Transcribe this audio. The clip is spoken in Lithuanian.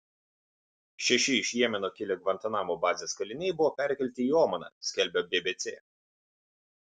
šeši iš jemeno kilę gvantanamo bazės kaliniai buvo perkelti į omaną skelbia bbc